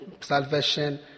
salvation